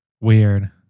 Weird